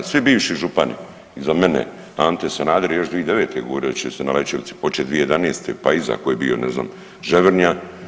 Svi bivši župani iza mene, Ante Sanader je još 2009. govorio da će se na Lećevici počet 2011., pa iza ko je bio ne znam, Ževrnja.